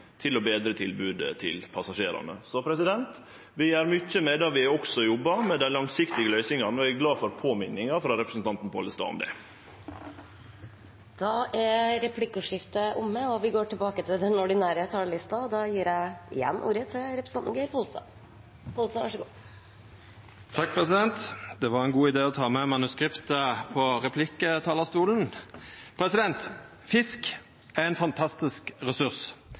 til å betre tilbodet til passasjerane. Vi gjer mykje medan vi jobbar med dei langsiktige løysingane, og eg er glad for påminninga frå representanten Pollestad om det. Replikkordskiftet er omme. Fisk er ein fantastisk ressurs.